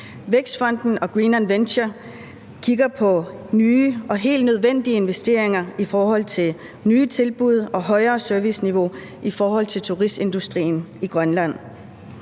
Vækstfonden og Greenland Venture kigger på nye og helt nødvendige investeringer i forhold til nye tilbud og et højere serviceniveau i forhold til turistindustrien i Grønland.